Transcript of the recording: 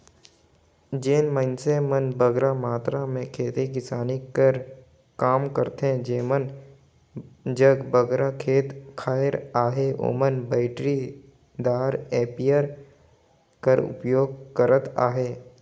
जेन मइनसे मन बगरा मातरा में खेती किसानी कर काम करथे जेमन जग बगरा खेत खाएर अहे ओमन बइटरीदार इस्पेयर कर परयोग करत अहें